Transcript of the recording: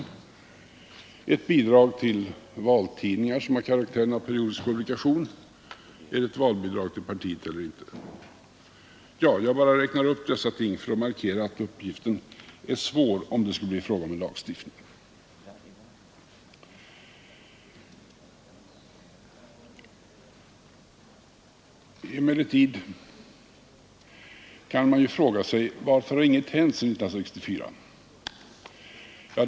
Är ett bidrag till valtidningar som har karaktären av periodisk publikation ett valbidrag till partiet eller inte? Jag bara räknar upp dessa ting för att markera att uppgiften är svår om det skulle bli fråga om en lagstiftning. Emellertid kan man fråga sig varför ingenting hänt sedan 1964.